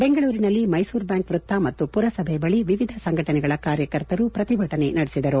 ಬೆಂಗಳೂರಿನಲ್ಲಿ ಮೈಸೂರು ಬ್ಕಾಂಕ್ ವೃತ್ತ ಮತ್ತು ಮರಸಭೆ ಬಳಿ ವಿವಿಧ ಸಂಘಟನೆಗಳ ಕಾರ್ಯಕರ್ತರು ಪ್ರತಿಭಟನೆ ನಡೆಸಿದರು